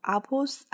Apples